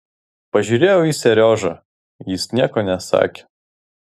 pažiūrėjau į seriožą jis nieko nesakė